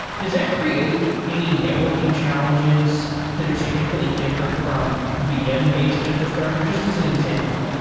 does that create any networking challenges that are signifi cantly different from vm-based infrastructure? just as an example,